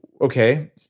Okay